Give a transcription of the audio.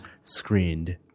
screened